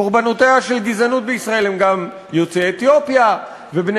קורבנותיה של גזענות בישראל הם גם יוצאי אתיופיה ובני